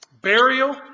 burial